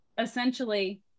essentially